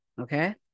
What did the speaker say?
Okay